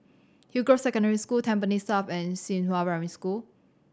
Hillgrove Secondary School Tampines South and Xinghua Primary School